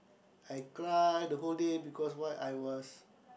I cried the whole day because why I was